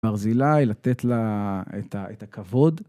מרזילה, לתת לה את הכבוד.